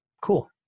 cool